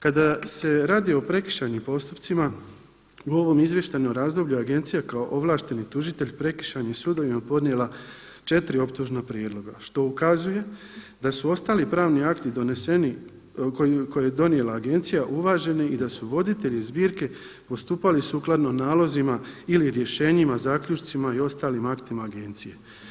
Kada se radi o prekršajnim postupcima u ovom izvještajnom razdoblju agencija kao ovlašteni tužitelj prekršajnim sudovima podnijela 4 optužna prijedloga, što ukazuje sa su ostali pravni akti doneseni koje je donijela agencija uvaženi i da su voditelji zbirke postupali sukladno nalozima ili rješenjima, zaključcima i ostalim aktima agencije.